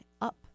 Up